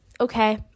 Okay